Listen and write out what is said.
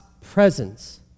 presence